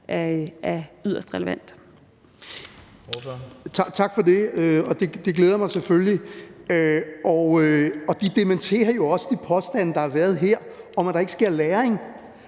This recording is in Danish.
er yderst relevant.